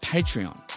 Patreon